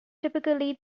typically